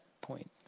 point